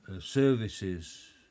services